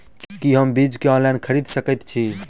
की हम बीज केँ ऑनलाइन खरीदै सकैत छी?